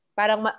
parang